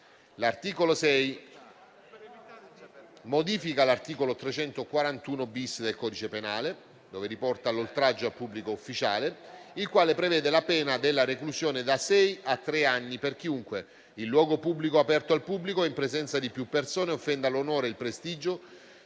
L'articolo 6 modifica l'articolo 341-*bis* del codice penale («Oltraggio a pubblico ufficiale»), il quale prevede la pena della reclusione da sei mesi a tre anni per chiunque, in luogo pubblico o aperto al pubblico e in presenza di più persone, offende l'onore e il prestigio